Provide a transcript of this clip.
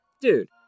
Dude